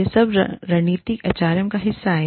यह सब रणनीतिक एचआरएम का हिस्सा है